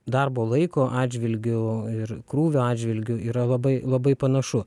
darbo laiko atžvilgiu ir krūvio atžvilgiu yra labai labai panašu